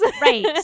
Right